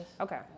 Okay